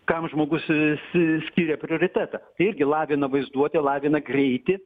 kam žmogus s skiria prioritetą irgi lavina vaizduotę lavina greitį